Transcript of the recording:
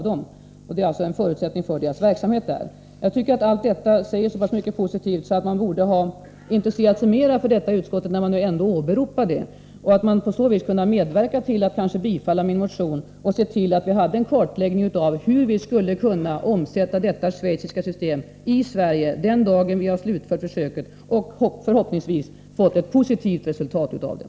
Detta är alltså förutsättningen för kiropraktorernas verksamhet i Schweiz. Jag tycker att allt detta säger så pass mycket att man borde ha intresserat sig mer för saken i utskottet, när man nu ändå inte bifallit min motion och sett till att vi får en kartläggning av hur vi skall kunna omsätta detta schweiziska system i Sverige den dag då vi har slutfört försöksverksamheten och förhoppningsvis fått ett positivt resultat av den.